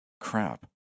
Crap